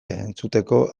entzuteko